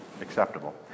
acceptable